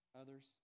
others